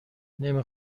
نمی